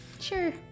Sure